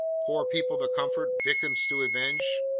poor people to comfort, victims to avenge?